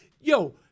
yo